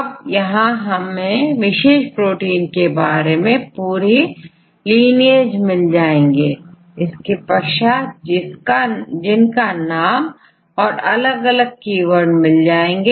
अब यहां हमें विशेष प्रोटीन के पूरे lineage मिल जाएंगे इसके पश्चात जिनका नाम और अलग अलग कीवर्ड मिल जाएंगे